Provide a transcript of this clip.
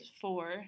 four